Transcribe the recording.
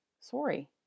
sorry